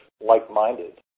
like-minded